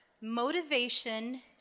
motivation